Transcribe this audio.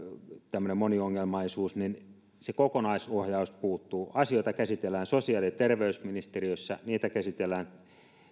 tämmöinen moniongelmaisuus ja se kokonaisohjaus puuttuu asioita käsitellään sosiaali ja terveysministeriössä niitä käsitellään